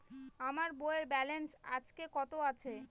আমার বইয়ের ব্যালেন্স আজকে কত আছে?